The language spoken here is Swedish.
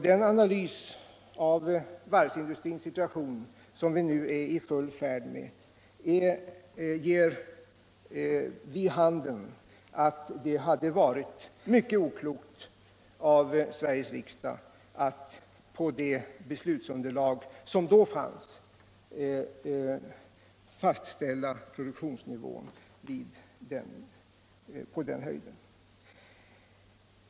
Den analys av varvsindustrins situation som vi nu är i full färd med att göra ger vid handen att det hade varit mycket oklokt av Sveriges riksdag att på det beslutsunderlag som då fanns fastställa produktionsnivån på den höjden.